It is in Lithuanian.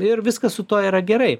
ir viskas su tuo yra gerai